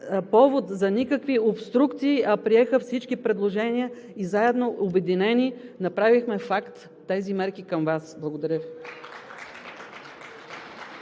повод за никакви обструкции, а прие всички предложения и заедно, обединени, направихме факт тези мерки към Вас. Благодаря Ви.